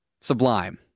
Sublime